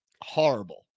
Horrible